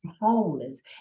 homeless